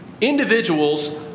Individuals